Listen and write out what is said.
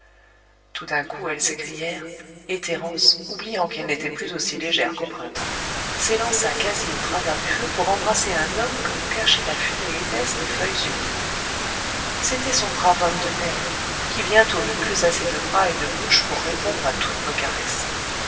tout d'un coup elles s'écrièrent et thérence oubliant qu'elle n'était plus aussi légère qu'au printemps s'élança quasi au travers du feu pour embrasser un homme que nous cachait la fumée épaisse des feuilles humides c'était son brave homme de père qui bientôt n'eut plus assez de bras et de bouche pour répondre à toutes nos caresses